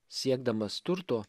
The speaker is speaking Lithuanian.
siekdamas turto